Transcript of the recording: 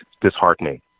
disheartening